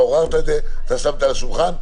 אתה עוררת את זה, אתה שמת על השולחן.